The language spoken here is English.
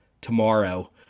tomorrow